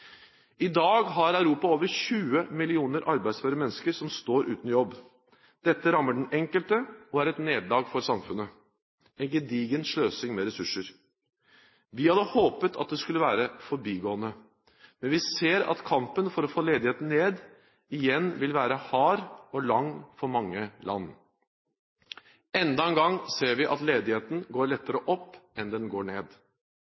I dag har vi i Europa over 20 millioner arbeidsføre mennesker som står uten jobb. Dette rammer den enkelte og er et nederlag for samfunnet – en gedigen sløsing med ressurser. Vi hadde håpet at det skulle være forbigående, men vi ser at kampen for å få ledigheten ned igjen vil være hard og lang for mange land. Enda en gang ser vi at ledigheten går lettere opp enn den går ned.